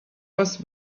was